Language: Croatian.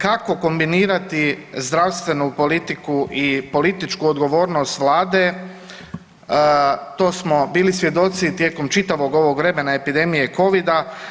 Kako kombinirati zdravstvenu politiku i političku odgovornost Vlade, to smo bili svjedoci tijekom čitavog ovog vremena epidemije Covida.